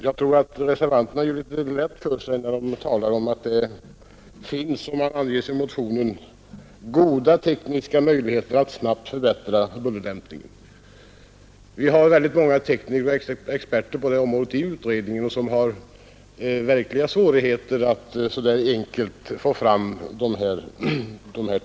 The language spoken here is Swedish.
Jag tror att reservanterna gjort det lätt för sig när de talar om att det ”finns såsom anges i motionen 1972:1289 goda tekniska möjligheter att snabbt förbättra bullerdämpningen”. Vi har i utredningen många tekniska experter på detta område, men de har verkliga svårigheter att så där enkelt få fram lösningar.